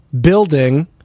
building